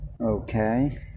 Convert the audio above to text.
Okay